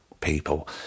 people